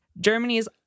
Germany's